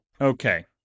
Okay